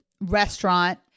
restaurant